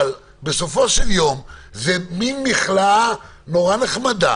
אבל בסופו של יום זה מן מכלאה מאוד נחמד.